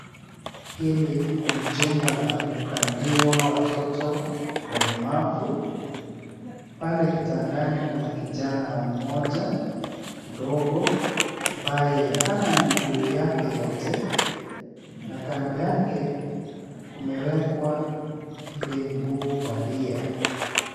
Hili ni jumba la kukaliwa watoto walemavu. Pale kitandani kuna kijana mmoja mdogo ambaye hana miguu yake yote na kando yake kumewekwa ile miguu bandia.